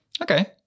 Okay